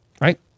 right